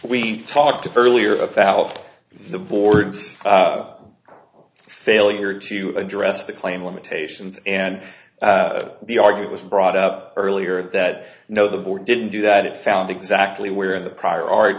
we talked earlier about the board's failure to address the claim limitations and the argued was brought up earlier that no the board didn't do that it found exactly where the prior art